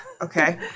Okay